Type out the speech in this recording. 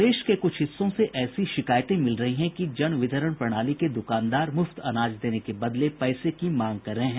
प्रदेश के कुछ हिस्सों से ऐसी शिकायतें मिल रही हैं कि जन वितरण प्रणाली के द्वकानदार मुफ्त अनाज देने के बदले पैसे की मांग कर रहे हैं